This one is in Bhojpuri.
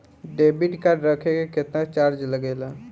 डेबिट कार्ड रखे के केतना चार्ज लगेला?